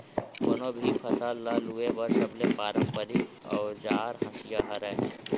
कोनो भी फसल ल लूए बर सबले पारंपरिक अउजार हसिया हरय